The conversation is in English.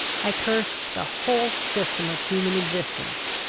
i cursed the whole system of human existence.